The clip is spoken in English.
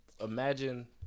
Imagine